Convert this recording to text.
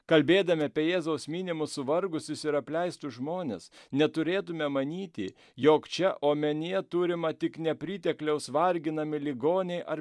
kalbėdami apie jėzaus minimus suvargusius ir apleistus žmones neturėtume manyti jog čia omenyje turima tik nepritekliaus varginami ligoniai ar